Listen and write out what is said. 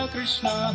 Krishna